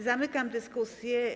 Zamykam dyskusję.